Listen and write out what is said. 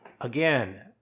Again